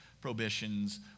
prohibitions